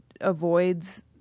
avoids